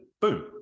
Boom